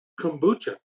kombucha